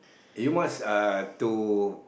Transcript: you must uh to